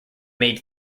made